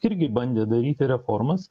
irgi bandė daryti reformas